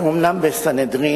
אנחנו אומנם בסנהדרין,